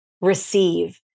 receive